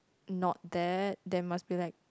not there there must be like